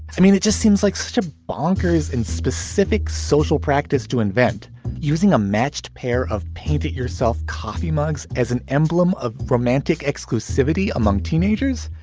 i mean, it just seems like so bonkers and specific social practice to invent using a matched pair of painting yourself coffee mugs as an emblem of romantic exclusivity among teenagers.